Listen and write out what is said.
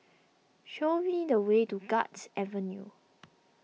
show me the way to Guards Avenue